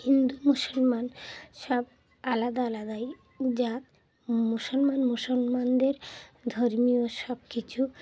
হিন্দু মুসলমান সব আলাদা আলাদাই যা মুসলমান মুসলমানদের ধর্মীয় সব কিছু